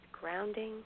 grounding